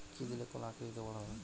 কি দিলে কলা আকৃতিতে বড় হবে?